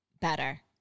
better